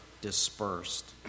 dispersed